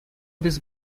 these